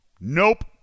Nope